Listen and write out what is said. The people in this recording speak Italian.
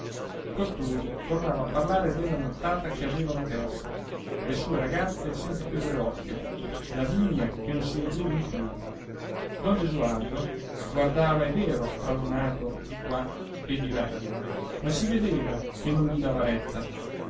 costui tornava a parlare della nottata che avevano persa le sue ragazze senza chiudere occhio lavinia che non si reggeva in piedi don gesualdo guardava è vero stralunato di qua e di là ma si vedeva che non gli dava retta